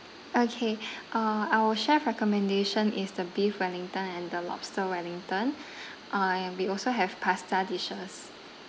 okay uh our chef recommendation is the beef wellington and the lobster wellington uh and we also have pasta dishes